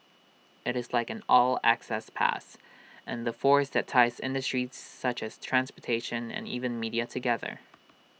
IT is like an 'all access pass' and the force that ties industries such as transportation and even media together